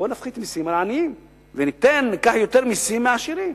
בוא נפחית מסים לעניים וניקח יותר מסים מהעשירים.